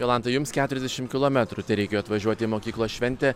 jolanta jums keturiasdešim kilometrų tereikėjo atvažiuot į mokyklos šventę